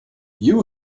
you